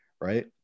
right